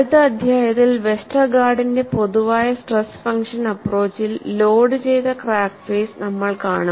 അടുത്ത അധ്യായത്തിൽ വെസ്റ്റർഗാർഡിന്റെ പൊതുവായ സ്ട്രെസ് ഫംഗ്ഷൻ അപ്പ്രോച്ചിൽ ലോഡ് ചെയ്ത ക്രാക്ക് ഫേസ് നമ്മൾ കാണും